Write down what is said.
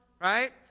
Right